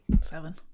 Seven